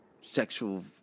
sexual